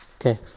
Okay